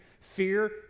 fear